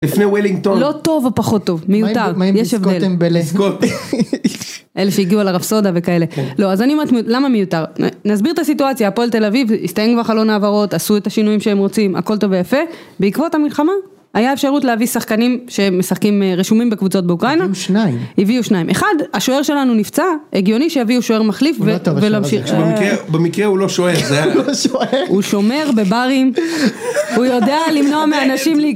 לפני וולינגטון, לא טוב או פחות טוב, מיותר, אלה שהגיעו על הרפסודה וכאלה, לא אז אני אומרת למה מיותר, נסביר את הסיטואציה, הפועל תל אביב, הסתיים כבר חלון ההעברות, עשו את השינויים שהם רוצים, הכל טוב ויפה, בעקבות המלחמה, היה אפשרות להביא שחקנים שמשחקים רשומים בקבוצות באוקראינה, הביאו שניים, הביאו שניים, אחד השוער שלנו נפצע, הגיוני שהביאו שוער מחליף ולהמשיך, במקרה הוא לא שוער, הוא שומר בברים, הוא יודע למנוע מאנשים להיכנס,